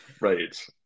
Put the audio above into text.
Right